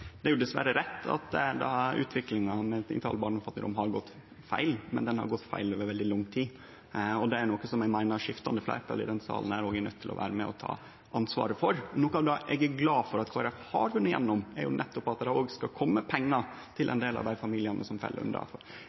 Det er dessverre rett at utviklinga når det gjeld barnefattigdom, har gått i feil retning, men ho har gått i feil retning over veldig lang tid, og det er noko eg meiner skiftande fleirtal i denne salen òg er nøydde til å vere med og ta ansvaret for. Noko av det eg er glad for at Kristeleg Folkeparti har vunne gjennom på, er nettopp at det òg skal kome pengar til ein del av dei familiane som fell inn under